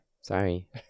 Sorry